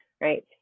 right